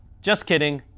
just kidding.